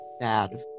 bad